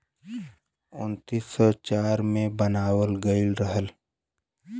उन्नीस सौ चार मे बनावल गइल रहल